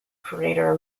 creator